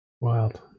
Wild